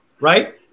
right